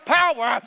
power